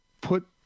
put